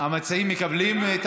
השר מציע לוועדת החוץ והביטחון.